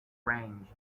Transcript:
range